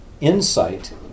insight